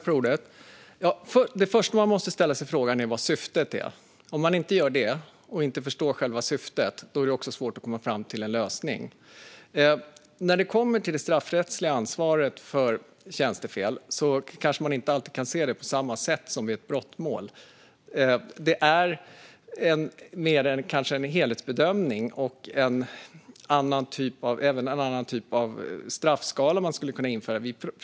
Herr talman! Först måste man ställa sig frågan vad syftet är. Om man inte förstår själva syftet är det också svårt att komma fram till en lösning. När det kommer till det straffrättsliga ansvaret för tjänstefel syns det inte alltid på samma sätt som i ett brottmål. Det är mer fråga om en helhetsbedömning och en annan typ av straffskala.